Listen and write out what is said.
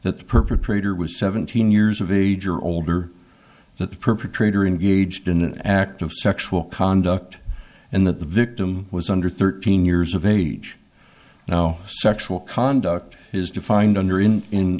that the perpetrator was seventeen years of age or older that the perpetrator in gauged in an act of sexual conduct and that the victim was under thirteen years of age now sexual conduct is defined under in